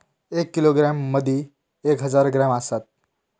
एक किलोग्रॅम मदि एक हजार ग्रॅम असात